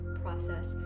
process